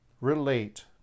relate